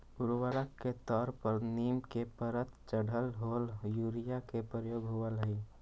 उर्वरक के तौर पर नीम के परत चढ़ल होल यूरिया के प्रयोग होवऽ हई